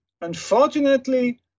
unfortunately